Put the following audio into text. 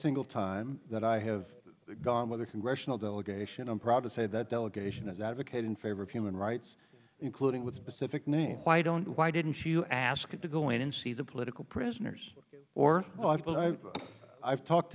single time that i have gone with the congressional delegation i'm proud to say that delegation is advocate in favor of human rights including with specific names why don't why didn't you ask to go in and see the political prisoners or i've talked